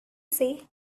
say